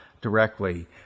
directly